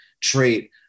trait